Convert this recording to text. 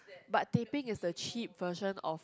but teh peng is the cheap version of